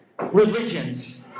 religions